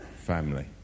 family